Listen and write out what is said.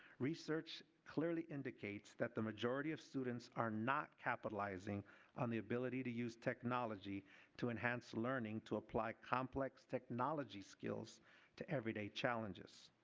research clearly indicates the majority of students are not capitalizing on the ability to use technology to enhance learning to apply complex technology skills to everyday challenges.